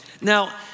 Now